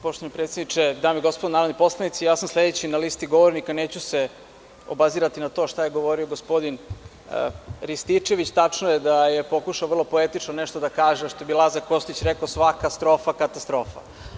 Poštovani predsedniče, dame i gospodo narodni poslanici, ja sam sledeći na listi govornika neću se obazirati na to šta je gospodin Rističević, tačno je da je pokušao vrlo poetično nešto da kaže – što bi Lazar Kostić rekao svaka strofa katastrofa.